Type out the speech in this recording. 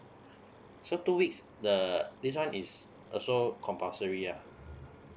so two weeks the this one is also compulsory ah